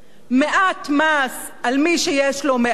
מעט מס על מי שיש לו מעט,